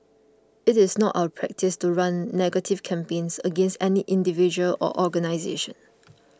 it is not our practice to run negative campaigns against any individual or organisation